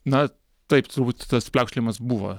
na taip turbūt tas pliaukštelėjimas buvo